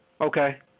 Okay